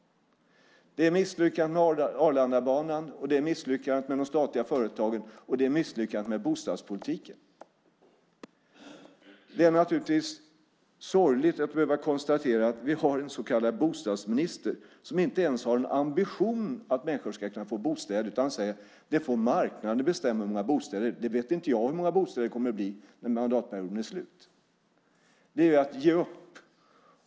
Det är misslyckandet med Arlandabanan, det är misslyckandet med de statliga företagen och det är misslyckandet med bostadspolitiken. Det är naturligtvis sorgligt att behöva konstatera att vi har en så kallad bostadsminister som inte ens har en ambition att se till att människor ska kunna få bostäder utan säger: Marknaden får bestämma hur många bostäder det ska bli. Jag vet inte hur många bostäder det kommer att bli innan mandatperioden är slut. Det är att ge upp.